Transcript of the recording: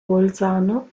bolzano